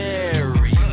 Mary